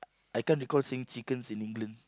I can't recall seeing chickens in England